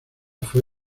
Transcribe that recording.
fue